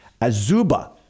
Azuba